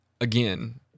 again